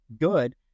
good